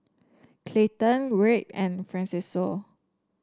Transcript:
Clayton Wright and Francesco